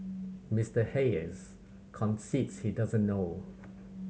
Mister Hayes concedes he doesn't know